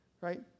right